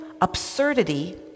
absurdity